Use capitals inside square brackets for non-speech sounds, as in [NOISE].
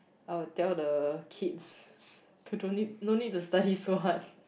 I will tell the kids [BREATH] to don't need no need to study so hard